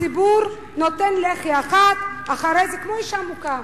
הציבור נותן לחי אחת, אחרי זה כמו אשה מוכה.